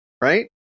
right